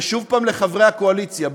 ושוב לחברי הקואליציה,